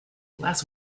last